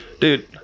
dude